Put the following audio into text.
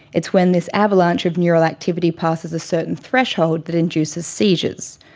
it's when this avalanche of neural activity passes a certain threshold that induces seizures.